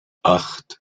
acht